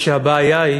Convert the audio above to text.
שהבעיה היא